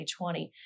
2020